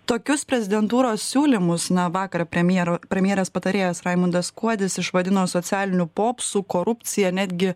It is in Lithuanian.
tokius prezidentūros siūlymus na vakar premjero premjerės patarėjas raimundas kuodis išvadino socialiniu popsu korupcija netgi